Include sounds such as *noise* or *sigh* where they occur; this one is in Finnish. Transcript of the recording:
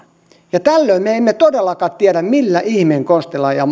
ja tällöin me emme todellakaan tiedä millä ihmeen konsteilla ja *unintelligible*